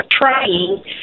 trying